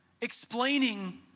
explaining